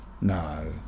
no